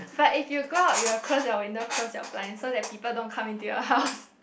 but if you go you've close your window close your blind so that people don't come in to your house